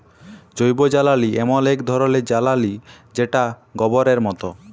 জৈবজ্বালালি এমল এক ধরলের জ্বালালিযেটা গবরের মত